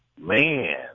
man